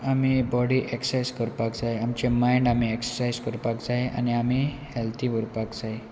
आमी body exercise करपाक जाय आमचे मायंड आमी एक्ससायज करपाक जाय आनी आमी हॅल्थी उरपाक जाय